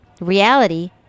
Reality